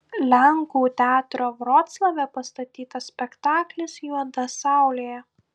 lenkų teatro vroclave pastatytas spektaklis juoda saulė